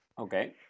Okay